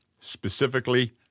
specifically